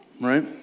Right